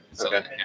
Okay